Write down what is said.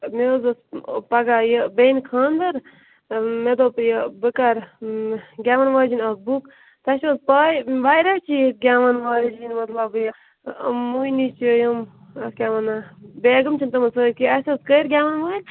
مےٚ حظ اوس پگاہ یہ بیٚنہِ خانٛدر مےٚ دوٚپ یہ بہٕ کٔرٕ گٮ۪ون واجٮ۪نۍ اکھ بُک تۄہہِ حظ پےَ واریاہ چھِ ییٚتہِ گٮ۪ون واجنہِ مطلب یہ مۄہنِو چھِ یِم کیٛاہ ونان بیگم چھِ تہِ تِمن سۭتی اَسہِ حظ ٲس کٔرۍ گٮ۪ون وٲلۍ